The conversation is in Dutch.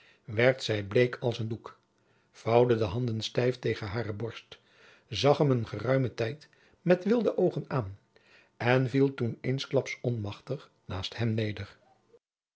werd zij bleek als een doek vouwde de handen stijf tegen hare borst zag hem een geruimen tijd met wilde oogen aan en viel toen eensklaps onmachtig naast hem neder